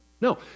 No